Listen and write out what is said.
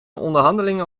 onderhandeling